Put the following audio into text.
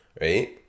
Right